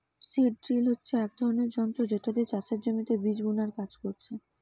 seed drill হচ্ছে এক ধরণের যন্ত্র যেটা দিয়ে চাষের জমিতে বীজ বুনার কাজ করছে